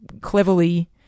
cleverly